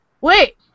Wait